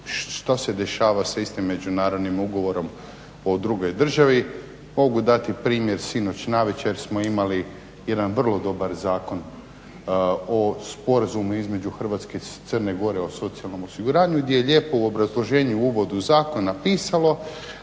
što se dešava sa istim međunarodnim ugovorom u drugoj državi. Mogu dati primjer sinoć navečer smo imali jedan vrlo dobar Zakon o Sporazumu između Hrvatske i Crne Gore o socijalnom osiguranju, gdje je lijepo u obrazloženju u uvodu zakona pisalo